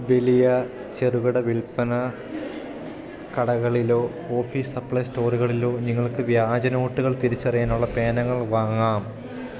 വലിയ ചെറുകിട വില്പ്പന കടകളിലോ ഓഫീസ് സപ്ലൈ സ്റ്റോറുകളിലോ നിങ്ങൾക്ക് വ്യാജനോട്ടുകൾ തിരിച്ചറിയാനുള്ള പേനകൾ വാങ്ങാം